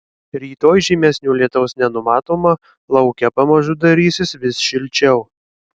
rytoj žymesnio lietaus nenumatoma lauke pamažu darysis vis šilčiau